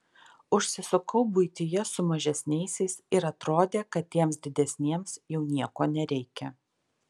užsisukau buityje su mažesniaisiais ir atrodė kad tiems didesniems jau nieko nereikia